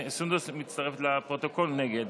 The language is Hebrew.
סונדוס מצטרפת לפרוטוקול, נגד.